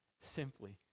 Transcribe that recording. simply